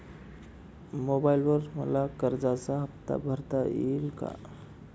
मोबाइलवर मला कर्जाचा हफ्ता भरता येईल का?